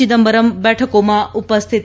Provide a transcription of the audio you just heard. ચિદમ્બરમ બેઠકોમાં ઉપસ્થિત હતા